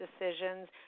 decisions